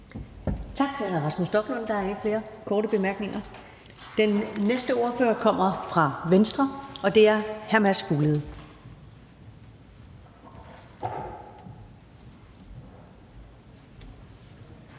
hr. Rasmus Stoklund. Der er ikke flere korte bemærkninger. Den næste ordfører kommer fra Venstre, og det er hr. Mads Fuglede.